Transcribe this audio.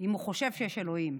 אם הוא חושב שיש אלוהים.